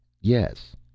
Yes